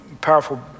powerful